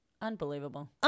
Unbelievable